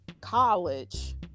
college